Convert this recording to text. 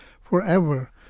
forever